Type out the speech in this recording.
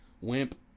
wimp